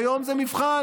היום זה מבחן,